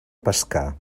pescar